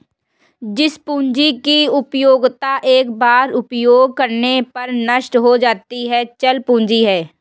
जिस पूंजी की उपयोगिता एक बार उपयोग करने पर नष्ट हो जाती है चल पूंजी है